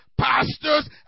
pastors